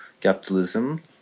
capitalism